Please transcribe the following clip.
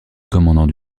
commandant